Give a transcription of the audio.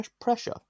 pressure